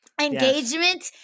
engagement